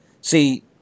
See